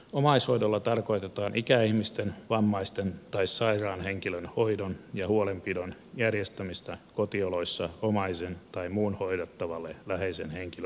omaishoidolla tarkoitetaan ikäihmisten vammaisten tai sairaan henkilön hoidon ja huolenpidon järjestämistä kotioloissa omaisen tai muun hoidettavalle läheisen henkilön avulla